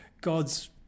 God's